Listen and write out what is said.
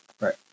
Right